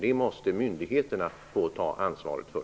De måste myndigheterna få ta ansvaret för.